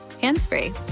hands-free